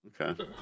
Okay